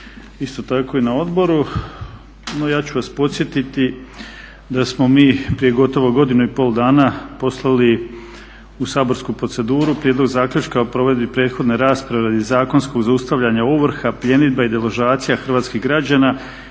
isto tako i na odboru. No, ja ću vas podsjetiti da smo mi prije gotovo godinu i pol dana poslali u saborsku proceduru prijedlog zaključka o provedbi prethodne rasprave i zakonsko zaustavljanje ovrha, pljenidba i deložacija hrvatskih građana